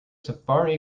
safari